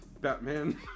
Batman